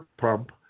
pump